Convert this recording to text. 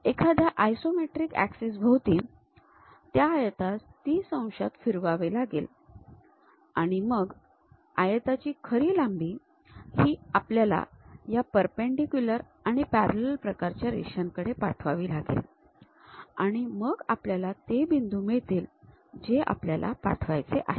एखाद्या isometric axis भोवती त्या आयतास ३० अंशात फिरवावे लागेल आणि मग आयताची खरी लांबी ही आपल्याला या परपेंडीक्युलर आणि पॅरलल प्रकारच्या रेषांकडे पाठवावी लागेल आणि मग आपल्याला ते बिंदू मिळतील जे आपल्याला पाठवायचे आहेत